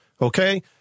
okay